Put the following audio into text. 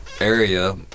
area